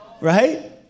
Right